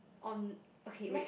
on okay wait